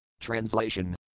Translation